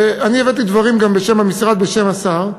ואני הבאתי את הדברים בשם המשרד ובשם השר.